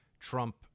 Trump